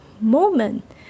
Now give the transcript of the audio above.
moment